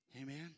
Amen